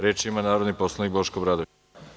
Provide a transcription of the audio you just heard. Reč ima narodni poslanik Boško Obradović.